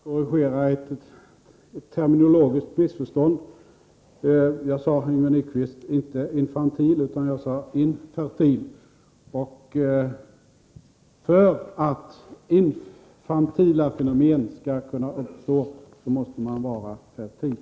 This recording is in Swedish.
Herr talman! Jag vill bara korrigera ett terminologiskt missförstånd. Jag sade, Yngve Nyquist, inte infantil utan infertil. För att infantila fenomen skall kunna uppstå, måste man vara fertil.